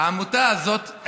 העמותה הזאת,